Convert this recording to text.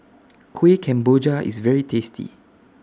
Kueh Kemboja IS very tasty